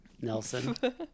Nelson